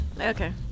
Okay